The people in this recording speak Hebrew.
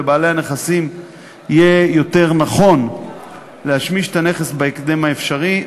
לבעלי הנכסים יהיה יותר נכון להשמיש את הנכס בהקדם האפשרי,